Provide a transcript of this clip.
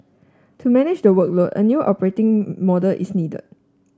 to manage the workload a new operating model is needed